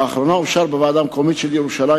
לאחרונה אושר בוועדה המקומית של ירושלים